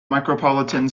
micropolitan